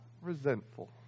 resentful